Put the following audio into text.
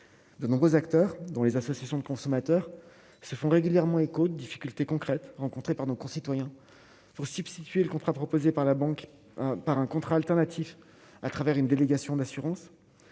de nombreux acteurs dans les associations de consommateurs se font régulièrement l'écho de difficultés concrètes rencontrées par nos concitoyens pour substituer le contrat proposé par la banque par un contrat alternatif à travers une délégation d'assurance